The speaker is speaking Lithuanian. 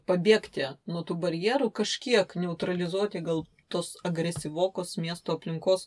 pabėgti nuo tų barjerų kažkiek neutralizuoti gal tos agresyvokos miesto aplinkos